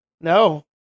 No